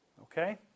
Okay